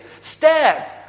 stabbed